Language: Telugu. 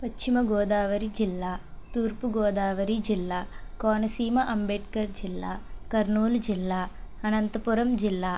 పశ్చిమగోదావరి జిల్లా తూర్పుగోదావరి జిల్లా కోనసీమ అంబేద్కర్ జిల్లా కర్నూలు జిల్లా అనంతపురం జిల్లా